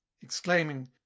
exclaiming